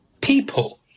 people